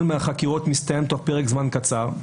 מהחקירות מסתיים בתוך פרק זמן קצר,